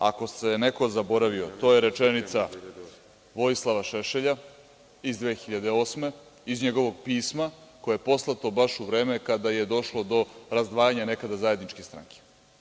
Ako se neko zaboravio, to je rečenica Vojislava Šešelja iz 2008. godine, iz njegovog pisma koje je poslato baš u vreme kada je došlo do razdvajanja nekada zajedničke stranke.